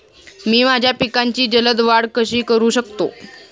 मी माझ्या पिकांची जलद वाढ कशी करू शकतो?